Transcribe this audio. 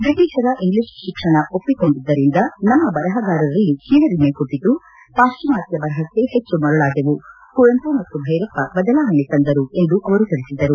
ಬ್ರಿಟಿಷರ ಇಂಗ್ಲಿಷ್ ಶಿಕ್ಷಣ ಒಪ್ಪಿಕೊಂಡಿದ್ದರಿಂದ ನಮ್ಮ ಬರಹಗಾರರಲ್ಲಿ ಕೀಳರಿಮೆ ಹುಟ್ಟತು ಪಾಶ್ಚಿಮಾತ್ಯ ಬರಹಕ್ಕೆ ಹೆಚ್ಚು ಮರುಳಾದೆವು ಕುವೆಂಪು ಮತ್ತು ಭೈರಪ್ಪ ಬದಲಾವಣೆ ತಂದರು ಎಂದು ಅವರು ತಿಳಿಸಿದರು